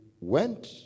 went